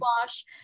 wash